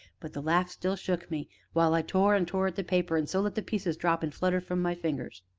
but the laugh still shook me while i tore and tore at the paper, and so let the pieces drop and flutter from my fingers.